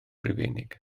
rufeinig